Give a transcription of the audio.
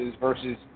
versus